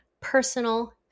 personal